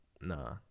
nah